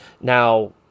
now